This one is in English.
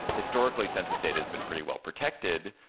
historically, census data has been pretty well protected,